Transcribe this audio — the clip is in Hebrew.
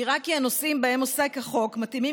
נראה כי הנושאים שבהם עוסק החוק מתאימים